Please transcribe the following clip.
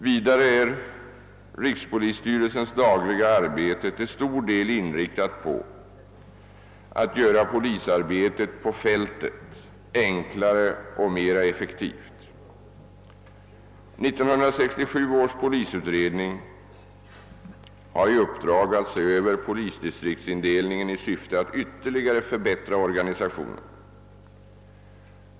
Vidare är rikspolisstyrelsens dagliga arbete till stor del inriktat på att göra polisarbetet på fältet enklare och mer effektivt. 1967 års polisutredning har i uppdrag att se över polisdistriktsindelningen i syfte att ytterligare förbättra organisationen.